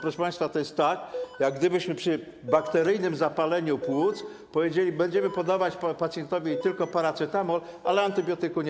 Proszę państwa, to jest tak, jak gdybyśmy przy bakteryjnym zapaleniu płuc powiedzieli, że będziemy podawać pacjentowi tylko paracetamol, ale antybiotyku - już nie.